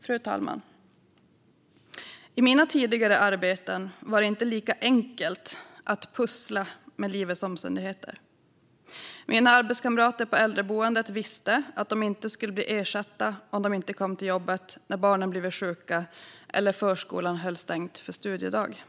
Fru talman! I mina tidigare arbeten var det inte lika enkelt att pussla med livets omständigheter. Mina arbetskamrater på äldreboendet visste att de inte skulle bli ersatta om de inte kom till jobbet när barnen blivit sjuka eller förskolan höll stängt för studiedag.